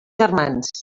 germans